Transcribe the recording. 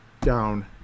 down